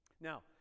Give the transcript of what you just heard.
Now